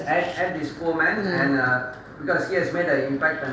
mm